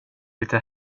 lite